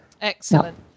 excellent